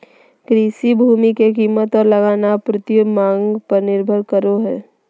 कृषि भूमि के कीमत और लगान आपूर्ति और मांग पर निर्भर करो हइ